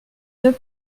deux